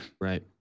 Right